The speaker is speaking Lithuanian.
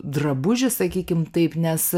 drabužį sakykim taip nes